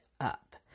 up